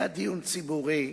היה דיון ציבורי,